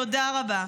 תודה רבה.